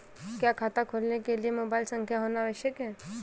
क्या खाता खोलने के लिए मोबाइल संख्या होना आवश्यक है?